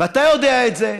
ואתה יודע את זה,